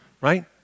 right